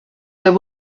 there